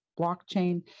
Blockchain